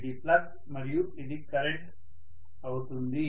ఇది ఫ్లక్స్ మరియు ఇది కరెంటు అవుతుంది